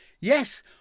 Yes